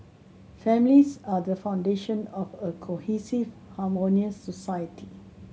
families are the foundation of a cohesive harmonious society